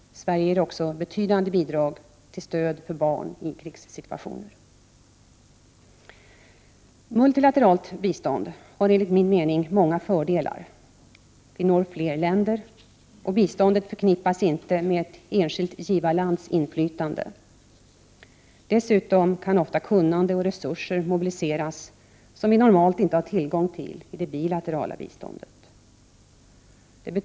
Sverige ger också betydande bidrag till stöd för barn i krigssituationer. Multilateralt bistånd har enligt min mening många fördelar. Vi når fler länder, och biståndet förknippas inte med ett enskilt givarlands inflytande. Dessutom kan ofta kunnande och resurser mobiliseras som vi normalt inte har tillgång till i det bilaterala biståndet. Det betyder dock inte att det Prot.